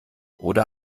oder